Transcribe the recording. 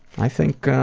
i think